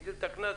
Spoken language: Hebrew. הגדיל את הקנס,